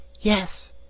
yes